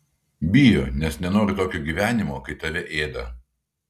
bijo nes nenori tokio gyvenimo kai tave ėda